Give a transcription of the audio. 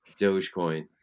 Dogecoin